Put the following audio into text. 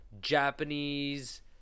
Japanese